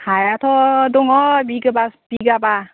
हायाथ' दङ बिगाबा